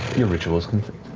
your ritual is complete.